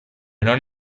non